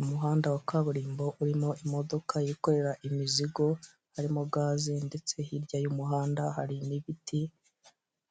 Umuhanda wa kaburimo urimo imodoka yikorera imizigo harimo gaze ndetse hirya y'umuhanda hari n'ibiti,